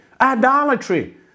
idolatry